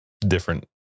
different